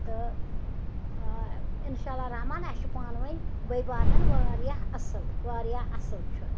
تہٕ اِنشاء اللہ رحمان اَسہِ چھُ پانہٕ ؤنۍ بٔے بارنٮ۪ن واریاہ اَصٕل واریاہ اَصٕل چھُ